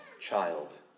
child